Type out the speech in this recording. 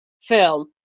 film